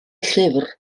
llyfr